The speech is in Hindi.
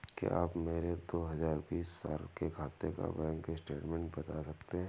क्या आप मेरे दो हजार बीस साल के खाते का बैंक स्टेटमेंट बता सकते हैं?